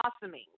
blossoming